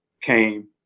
came